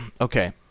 Okay